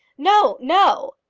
no, no!